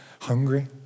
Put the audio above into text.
hungry